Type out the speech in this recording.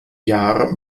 jahr